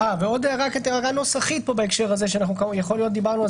עוד הערת נוסח בהקשר הזה שיכול להיות שדיברנו על